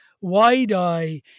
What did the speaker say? wide-eye